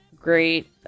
great